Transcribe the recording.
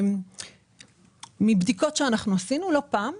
מבדיקות שעשינו לא פעם,